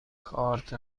کارت